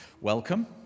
Welcome